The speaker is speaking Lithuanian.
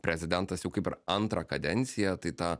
prezidentas jau kaip ir antrą kadenciją tai ta